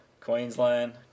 Queensland